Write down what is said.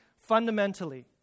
Fundamentally